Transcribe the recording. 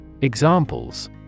Examples